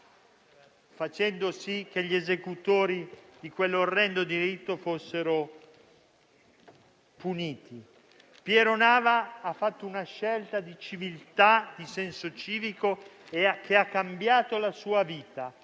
facendo sì che gli esecutori di quell'orrendo delitto fossero puniti. Piero Nava ha fatto una scelta di civiltà e di senso civico che ha cambiato la sua vita;